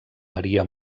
varia